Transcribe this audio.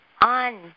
on